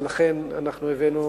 ולכן אנחנו הבאנו,